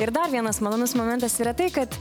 ir dar vienas malonus momentas yra tai kad